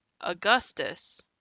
Augustus